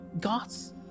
gods